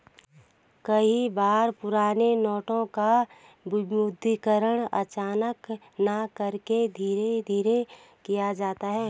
कई बार पुराने नोटों का विमुद्रीकरण अचानक न करके धीरे धीरे किया जाता है